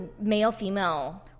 male-female